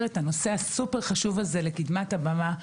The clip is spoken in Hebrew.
את הנושא החשוב מאוד הזה לקדמת הבמה,